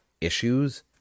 issues